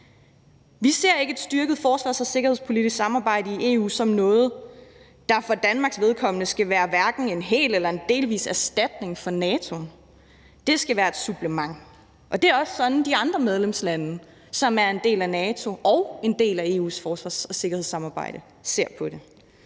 Vi ser ikke et styrket forsvars- og sikkerhedspolitisk samarbejde i EU som noget, der for Danmarks vedkommende skal være hverken en hel eller en delvis erstatning for NATO, men det skal være et supplement, og det er også sådan, de andre medlemslande, som er en del af NATO og en del af EU's forsvars- og sikkerhedssamarbejde, ser på det.